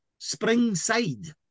Springside